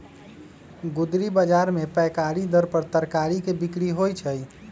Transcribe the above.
गुदरी बजार में पैकारी दर पर तरकारी के बिक्रि होइ छइ